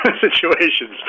situations